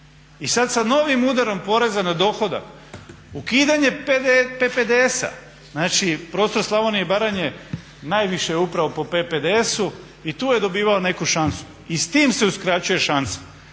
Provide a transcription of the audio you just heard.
I sada sa novim udarom poreza na dohodak ukidanje PPDS-a, znači prostor Slavonije i Baranje najviše je upravo po PPDS-u i tu je dobivao neku šansu i sa time se uskraćuje šansa.